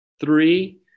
Three